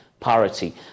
parity